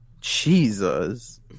Jesus